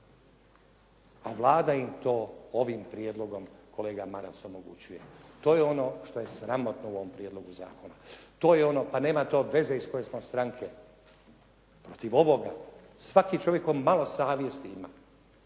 a Vlada im to ovim prijedlogom kolega Maras omogućuje. To je ono što je sramotno u ovom prijedlogu zakona. To je ono, pa nema to veze iz koje smo stranke. Protiv ovoga svaki čovjek koji malo savjesti ima,